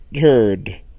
heard